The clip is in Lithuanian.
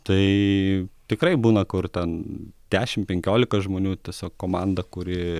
tai tikrai būna kur ten dešim penkiolika žmonių tiesiog komanda kuri